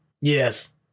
Yes